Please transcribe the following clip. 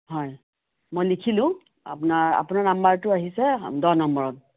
হয় মই লিখিলোঁ আপোনাৰ আপোনাৰ নম্বৰটো আহিছে দহ নম্বৰত